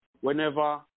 whenever